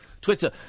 Twitter